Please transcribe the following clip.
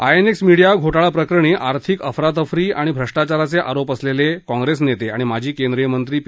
INX media घोटाळा प्रकरणी आर्थिक अफरातफरी आणि श्रष्टाचाराचे आरोप असलेले काँग्रेस नेते आणि माजी केंद्रीय मंत्री पी